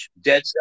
Dead